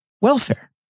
Welfare